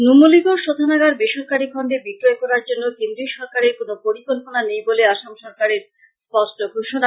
নুমলিগড় শোধনাগার বেসরকারী খন্ডে বিক্রয় করার জন্য কেন্দ্রীয় সরকারের কোন পরিকল্পনা নেই বলে আসাম সরকারের স্পষ্ট ঘোষনা